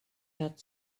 had